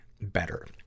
Better